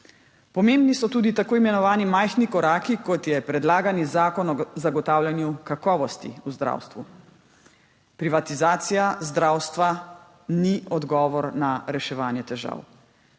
Pomembni so tudi tako imenovani majhni koraki, kot je predlagani zakon o zagotavljanju kakovosti v zdravstvu. Privatizacija zdravstva ni odgovor na reševanje težav.